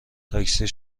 تاکسی